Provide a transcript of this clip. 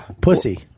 Pussy